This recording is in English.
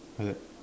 like that